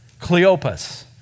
Cleopas